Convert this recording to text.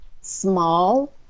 small